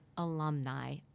alumni